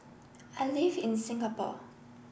I live in Singapore